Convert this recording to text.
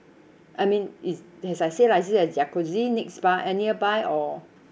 I mean is as I say lah is it a jacuzzi next bar nearby or